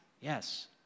yes